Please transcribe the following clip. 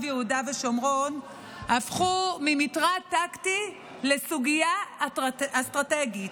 יהודה ושומרון הפכה ממטרד טקטי לסוגיה אסטרטגית,